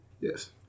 Yes